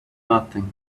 nothing